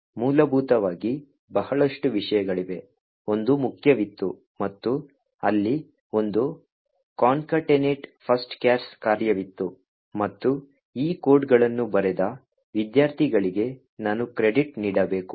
ಮೂಲಭೂತವಾಗಿ ಬಹಳಷ್ಟು ವಿಷಯಗಳಿವೆ ಒಂದು ಮುಖ್ಯವಿತ್ತು ಮತ್ತು ಅಲ್ಲಿ ಒಂದು concatenate first chars ಕಾರ್ಯವಿತ್ತು ಮತ್ತು ಈ ಕೋಡ್ಗಳನ್ನು ಬರೆದ ವಿದ್ಯಾರ್ಥಿಗಳಿಗೆ ನಾನು ಕ್ರೆಡಿಟ್ ನೀಡಬೇಕು